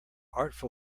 artful